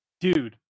dude